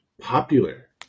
popular